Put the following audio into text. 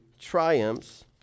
triumphs